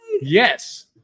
Yes